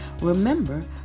Remember